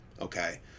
Okay